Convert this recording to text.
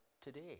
today